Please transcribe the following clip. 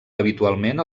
habitualment